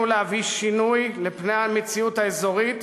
להביא שינוי לפני המציאות האזורית,